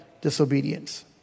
disobedience